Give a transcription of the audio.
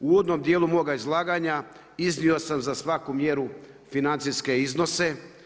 U uvodnom dijelu moga izlaganja iznio sam za svaku mjeru financijske iznose.